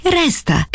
resta